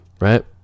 right